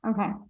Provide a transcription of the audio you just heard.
okay